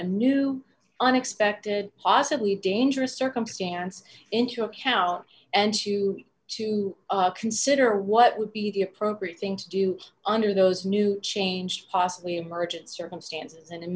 a new unexpected possibly dangerous circumstance into account and to to consider what would be the appropriate thing to do under those new change possibly emergent circumstances and